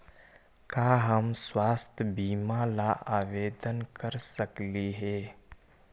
का हम स्वास्थ्य बीमा ला आवेदन कर सकली हे?